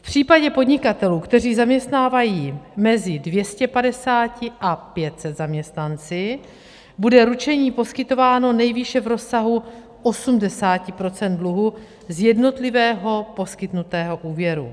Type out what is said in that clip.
V případě podnikatelů, kteří zaměstnávají mezi 250 až 500 zaměstnanci, bude ručení poskytováno nejvýše v rozsahu 80 % dluhu z jednotlivého poskytnutého úvěru.